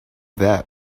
that